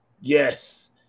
Yes